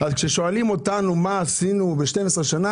כששואלים אותנו מה עשינו ב-12 שנים